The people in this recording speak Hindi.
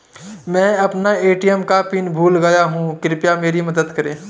मैं अपना ए.टी.एम का पिन भूल गया हूं, कृपया मेरी मदद करें